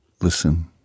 listen